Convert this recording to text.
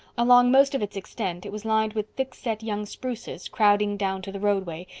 along most of its extent it was lined with thick-set young spruces crowding down to the roadway,